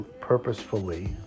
purposefully